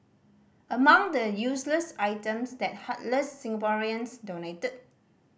among the useless items that heartless Singaporeans donated